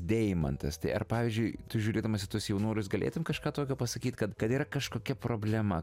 deimantas tai ar pavyzdžiui tu žiūrėdamas į tuos jaunuolius galėtum kažką tokio pasakyt kad kad yra kažkokia problema